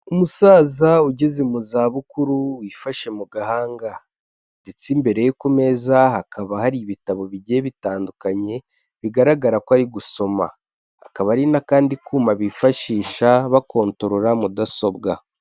Umusaza ugeze mu za bukuru wifashe mu gahanga ndetse imbere ye ku meza hakaba hari ibitabo bigiye bitandukanye bigaragara ko ari gusoma akaba hari n'akandi kuma bifashisha bakontorora mudasobwa.